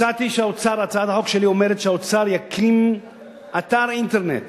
הצעת החוק שלי אומרת שהאוצר יקים אתר אינטרנט